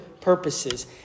purposes